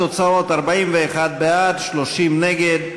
התוצאות: 41 בעד, 30 נגד.